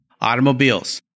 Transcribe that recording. automobiles